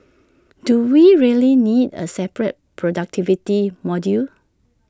do we really need A separate productivity module